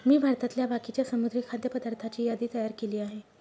मी भारतातल्या बाकीच्या समुद्री खाद्य पदार्थांची यादी तयार केली आहे